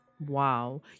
Wow